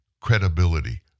credibility